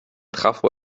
trafo